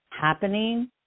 happening